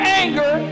anger